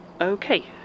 Okay